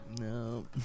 No